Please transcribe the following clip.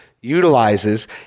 utilizes